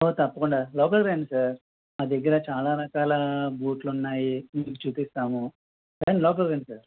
ఓ తప్పకుండా లోపలికి రండి సార్ మా దగ్గర చాలా రకాల బూట్లు ఉన్నాయి మీకు చూపిస్తాము రండి లోపలికి రండి సార్